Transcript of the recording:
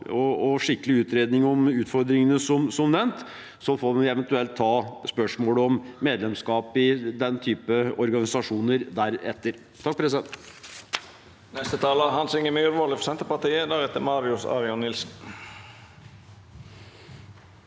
og skikkelig utredning om utfordringene, som nevnt, og så får vi eventuelt ta spørsmålet om medlemskap i den typen organisasjoner deretter.